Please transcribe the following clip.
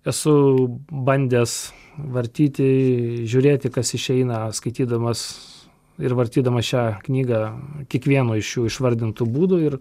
esu bandęs vartyti žiūrėti kas išeina skaitydamas ir vartydamas šią knygą kiekvieno iš šių išvardintų būdų ir